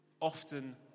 often